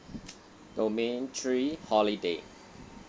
domain tree holiday